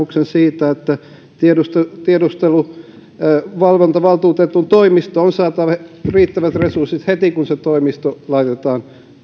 esitykseen vaatimuksen siitä että tiedusteluvalvontavaltuutetun toimistoon on saatava riittävät resurssit heti kun se toimisto laitetaan